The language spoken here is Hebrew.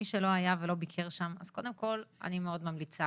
מי שלא היה ולא ביקר שם אז קודם כל אני מאוד ממליצה.